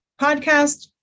podcast